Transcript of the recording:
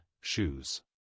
shoes